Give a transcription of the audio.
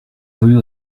rue